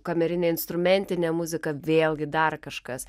kamerinė instrumentinė muzika vėlgi dar kažkas